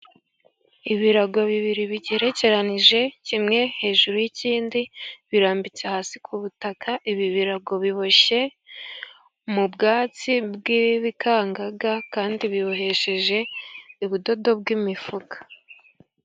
Ibirago bibiri bigerekeranije kimwe hejuru y'ikindi birambitse hasi ku butaka, ibi birago biboshye mu bwatsi bw'ibikangaga kandi bibohesheje ubudodo bw'imifuka.